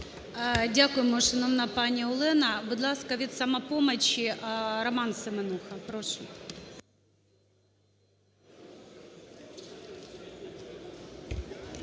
Дякуємо, шановна пані Олена. Будь ласка, від "Самопомочі" Роман Семенуха. Прошу.